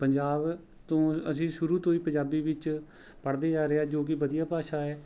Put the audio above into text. ਪੰਜਾਬ ਤੋਂ ਅਸੀਂ ਸ਼ੁਰੂ ਤੋਂ ਹੀ ਪੰਜਾਬੀ ਵਿੱਚ ਪੜ੍ਹਦੇ ਆ ਰਹੇ ਹਾਂ ਜੋ ਕਿ ਵਧੀਆ ਭਾਸ਼ਾ ਹੈ